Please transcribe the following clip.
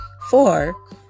four